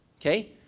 Okay